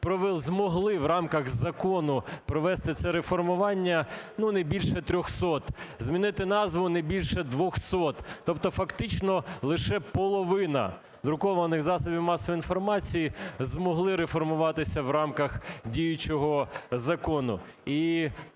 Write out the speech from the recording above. змогли в рамках закону провести це реформування, ну, не більше 300, змінити назву – не більше 200, тобто фактичного лише половина друкованих засобів масової інформації змогли реформуватися в рамках діючого закону,